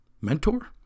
mentor